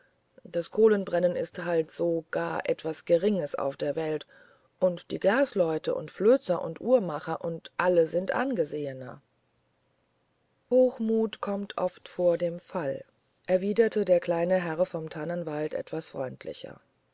ein kohlenbrenner ist halt so gar etwas geringes auf der welt und die glasleute und flözer und uhrmacher und alle sind angesehener hochmut kommt oft vor dem fall erwiderte der kleine herr vom tannenwald etwas freundlicher